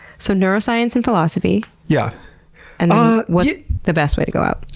so, neuroscience and philosophy. yeah and, what's the best way to go out?